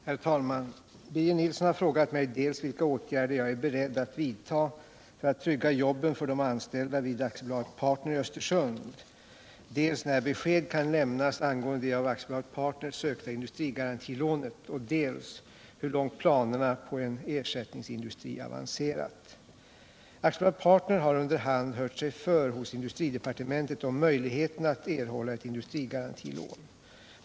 Herr talman! Birger Nilsson har frågat mig dels vilka åtgärder jag är beredd att vidta för att trygga jobben för de anställda vid AB Partner i Östersund, dels när besked kan lämnas angående det av AB Partner sökta industrigarantilånet, dels hur långt planerna på en ersättningsindustri avancerat. AB Partner har under hand hört sig för hos industridepartementet om möjligheten att erhålla ett industrigarantilån.